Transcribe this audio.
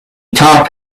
top